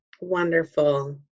Wonderful